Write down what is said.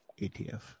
ATF